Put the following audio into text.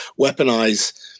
weaponize